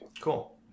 Cool